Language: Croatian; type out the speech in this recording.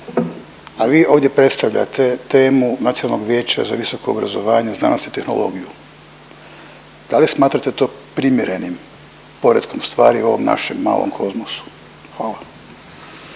a vi ovdje predstavljate temu Nacionalnog vijeća za visoko obrazovanje, znanost i tehnologiju. Da li smatrate to primjerenim poretkom stvari u ovom našem malom kozmosu? Hvala.